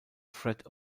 fred